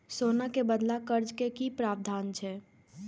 सोना के बदला कर्ज के कि प्रावधान छै?